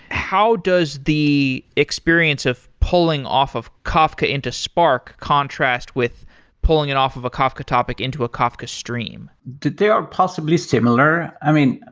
how does the experience of pulling off of kafka into spark contrast with pulling it off of kafka topic into a kafka stream? they are possibly similar. i mean,